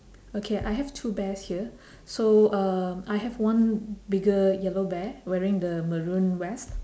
okay I have two bears here so uh I have one bigger yellow bear wearing the maroon vest